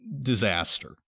disaster